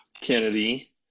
Kennedy